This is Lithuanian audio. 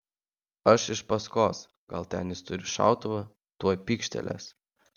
aš iš paskos gal ten jis turi šautuvą tuoj pykštelės